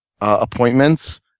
appointments